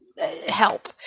help